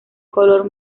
color